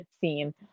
scene